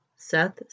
Seth